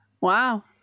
Wow